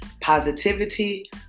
positivity